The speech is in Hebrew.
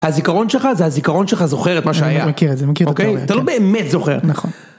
הזיכרון שלך זה הזיכרון שלך זוכר את מה שהיה. אני מכיר את זה, מכיר את הדבר הזה. אתה לא באמת זוכר. נכון.